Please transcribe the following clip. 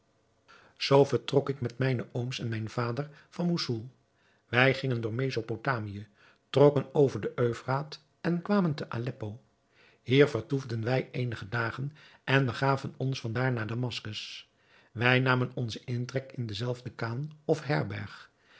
zoo vertrok ik met mijne ooms en met mijn vader van moussoul wij gingen door mesopotamië trokken over den euphraat en kwamen te aleppo hier vertoefden wij eenige dagen en begaven ons van daar naar damaskus wij namen onzen intrek in dezelfde khan of herberg